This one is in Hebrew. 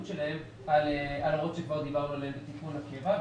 שלהן על ההוראות שכבר דיברנו עליהן בתיקון הקבע,